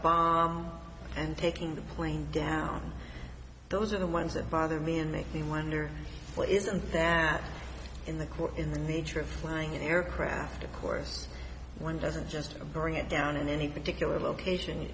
bomb and taking the plane down those are the ones that bother me and make the wonder play isn't that in the course in the nature of flying an aircraft of course one doesn't just bring it down in any particular location